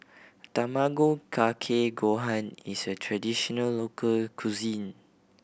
Tamago Kake Gohan is a traditional local cuisine